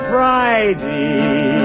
Friday